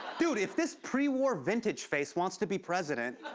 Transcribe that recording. dude, if this pre-war vintage face wants to be president,